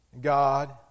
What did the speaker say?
God